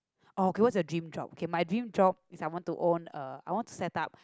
oh okay what's your dream job okay my dream job is I want to own uh I want to set up